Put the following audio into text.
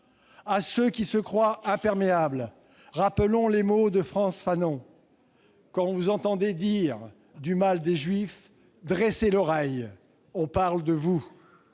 À ceux qui se croient imperméables, rappelons les mots de Frantz Fanon :« Quand vous entendez dire du mal des juifs, dressez l'oreille, on parle de vous.